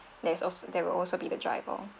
there's also there will also be the driver